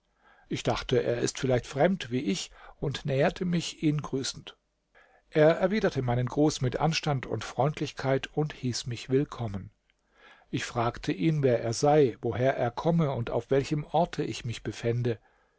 ich dachte er ist vielleicht fremd wie ich und näherte mich ihn grüßend er erwiderte meinen gruß mit anstand und freundlichkeit und hieß mich willkommen ich fragte ihn wer er sei woher er komme und auf welchem orte ich mich befände